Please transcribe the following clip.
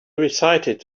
recited